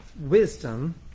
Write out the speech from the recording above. wisdom